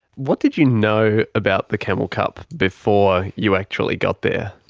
what did you know about the camel cup before you actually got there?